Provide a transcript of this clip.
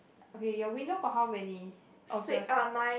okay your window got how many of the